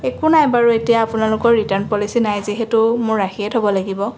একো নাই বাৰু এতিয়া আপোনালোকৰ ৰিটাৰ্ণ পলিচি নাই যিহেতু মোৰ ৰাখিয়ে থ'ব লাগিব